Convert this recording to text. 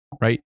right